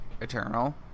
eternal